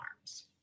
Arms